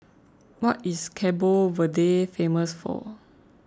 what is Cabo Verde famous for